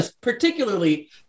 particularly